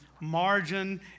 margin